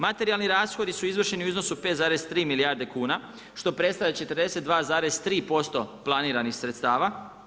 Materijalni rashodi su izvršeni u iznosu od 5,3 milijarde kuna što predstavlja 42,3% planiranih sredstava.